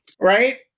Right